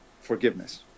forgiveness